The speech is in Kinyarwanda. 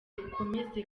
ukomeze